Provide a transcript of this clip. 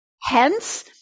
Hence